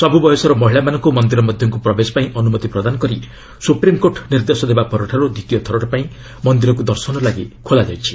ସବୁ ବୟସର ମହିଳାମାନଙ୍କୁ ମନ୍ଦିର ମଧ୍ୟକୁ ପ୍ରବେଶ ପାଇଁ ଅନୁମତି ପ୍ରଦାନ କରି ସୁପ୍ରିମ୍କୋର୍ଟ ନିର୍ଦ୍ଦେଶ ଦେବାପରଠାରୁ ଦ୍ୱିତୀୟ ଥରଲାଗି ମନ୍ଦିରକୁ ଦର୍ଶନ ପାଇଁ ଖୋଲାଯାଉଛି